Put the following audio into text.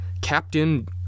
Captain